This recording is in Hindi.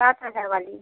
सात हज़ार वाली